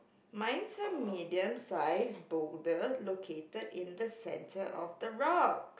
mine's a medium sized boulder located in the centre of the rock